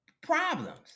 problems